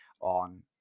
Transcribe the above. on